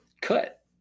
cut